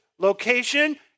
Location